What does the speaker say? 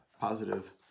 positive